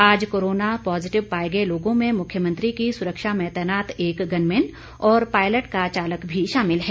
आज corona positive पाए गए लोगों में मुख्यमंत्री की सुरक्षा में तैनात एक गनमैन और पायलट का चालक भी शामिल है